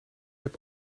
heb